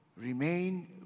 remain